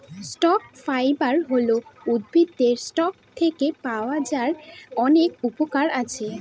stock fibre হল উদ্ভিদের stalk থেকে পাওয়া যার অনেক উপকরণ আছে